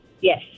Yes